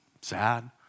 Sad